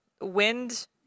Wind